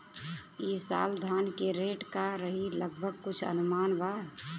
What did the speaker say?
ई साल धान के रेट का रही लगभग कुछ अनुमान बा?